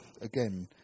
again